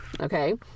okay